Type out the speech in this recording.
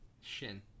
shin